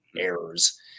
errors